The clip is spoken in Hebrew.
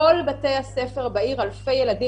אלפי ילדים